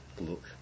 look